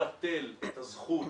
לבטל את הזכות